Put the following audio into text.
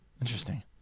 Interesting